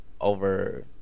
over